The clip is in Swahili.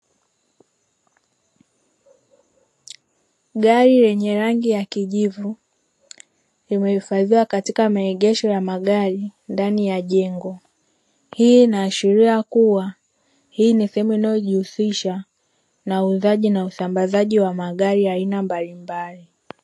Gari lenye rangi ya kijivu limehifadhiwa katika maegesho ya magari ndani ya jengo, hii inaashiria kuwa hii ni sehemu inayojihusisha na uuzaji na usambazaji wa magari ya aina mbalimbali.